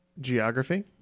geography